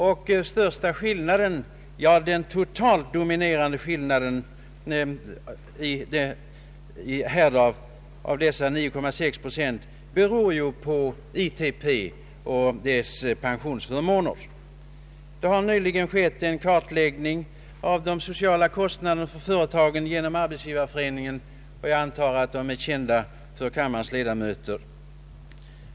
Den totalt dominerande delen av skillnaden mellan dessa siffror, 9,6 procent, beror på ITP och dess pensionsförmåner. Det har nyligen skett en kartläggning av de sociala kostnaderna för företagen genom Arbetsgivareföreningens försorg. Jag antar att resultaten är kända av kammarens ledamöter.